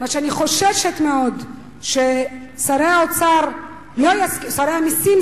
ואני חוששת מאוד ששרי האוצר שרי המסים,